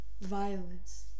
violence